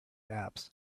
apps